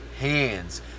hands